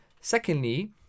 Secondly